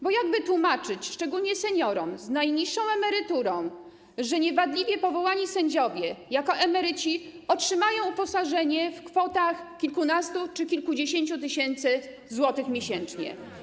Bo jak wytłumaczyć, szczególnie seniorom z najniższą emeryturą, że wadliwie powołani sędziowie jako emeryci otrzymają uposażenie w kwotach kilkunastu czy kilkudziesięciu tysięcy złotych miesięcznie?